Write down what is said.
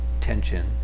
tension